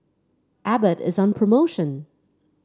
Abbott is on promotion